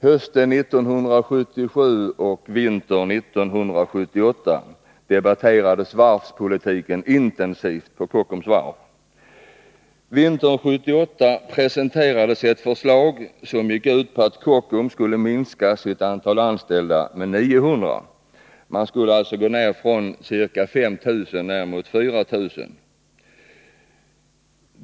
Hösten 1977 och vintern 1978 debatterades varvspolitiken intensivt på Kockums varv. Vintern 1978 presenterades ett förslag som gick ut på att Kockums skulle minska antalet anställda med 900, alltså från 5 000 ner mot 4 000.